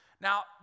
Now